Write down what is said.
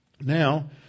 Now